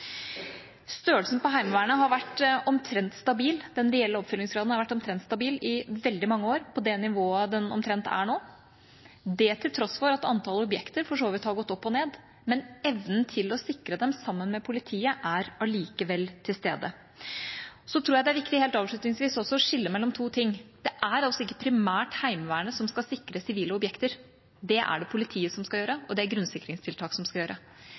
Størrelsen på Heimevernet har vært omtrent stabil. Den reelle oppfyllingsgraden har vært omtrent stabil i veldig mange år, omtrent på det nivået den er nå – det til tross for at antall objekter for så vidt har gått opp og ned. Men evnen til å sikre dem sammen med politiet er allikevel til stede. Så tror jeg det er viktig, helt avslutningsvis, å skille mellom to ting: Det er ikke primært Heimevernet som skal sikre sivile objekter. Det er det politiet som skal gjøre, og det er det grunnsikringstiltak som skal gjøre.